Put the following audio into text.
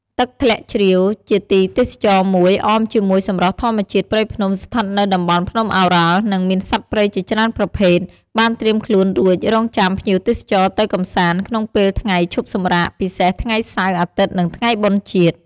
ទឹកធ្លាក់ជ្រាវ ជាទីទេសចរណ៍មួយ អមជាមួយសម្រស់ធម្មជាតិព្រៃភ្នំស្ថិតនៅតំបន់ភ្នំឱរ៉ាល់ និងមានសត្វព្រៃជាច្រើនប្រភេទ បានត្រៀមខ្លួនរួចរង់ចាំភ្ញៀវទេសចរទៅកម្សាន្ត ក្នុងពេលថ្ងៃឈប់សម្រាកពិសេសថ្ងៃសៅរ៍ អាទិត្យនិងថ្ងៃបុណ្យជាតិ ។